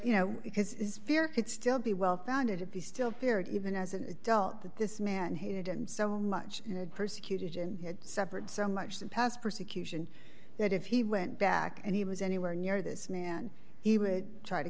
you know because is fear could still be well founded if he still feared even as an adult that this man hated him so much persecuted and had severed so much that past persecution that if he went back and he was anywhere near this man he would try to